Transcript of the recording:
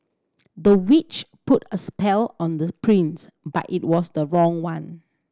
the witch put a spell on the prince but it was the wrong one